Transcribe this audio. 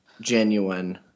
genuine